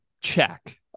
check